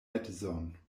edzon